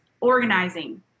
organizing